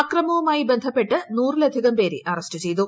അക്രമവുമായി ബന്ധുപ്പെട്ട് നൂറിലധികം പേരെ അറസ്റ്റ് ചെയ്തു